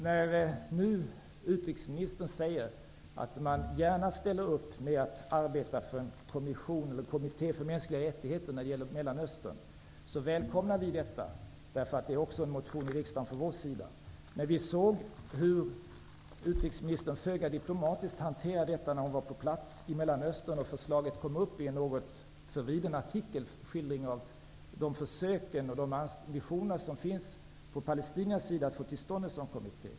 När utrikesministern nu säger att man gärna ställer upp med att arbeta för en kommitté för mänskliga rättigheter när det gäller Mellanöstern, välkomnar vi detta. Även vi har nämligen motionerat om detta. Vi såg hur utrikesministern föga diplomatiskt hanterade detta när hon var på plats i Mellanöstern och förslaget kom upp i en något förvriden artikel som skildrade de försök och ambitioner som finns från palestiniernas sida att få till stånd en sådan kommitté.